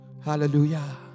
Hallelujah